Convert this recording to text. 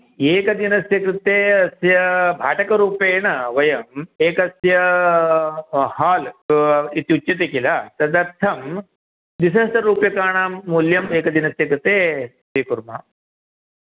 एकदिनस्य कृते अस्य भाटकरूपेण वयम् एकस्य हाल् इत्युच्यते किल तदर्थं द्विसहस्ररूप्यकाणां मूल्यम् एकदिनस्य कृते स्वीकुर्मः